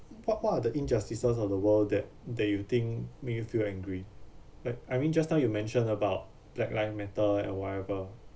but what are the injustices of the world that that you think make you feel angry like I mean just now you mentioned about black live matter and whatever